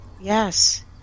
Yes